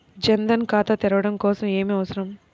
జన్ ధన్ ఖాతా తెరవడం కోసం ఏమి అవసరం?